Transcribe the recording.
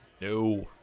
No